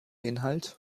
inhalt